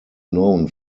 known